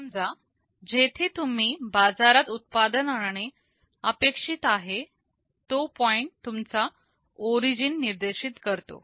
समजा जेथे तुम्ही बाजारात उत्पादन आणणे अपेक्षित आहे तो पॉईंट तुमचा ओरिजिन निर्देशित करतो